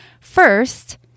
First